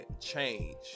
change